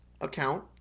account